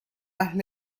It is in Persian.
اهل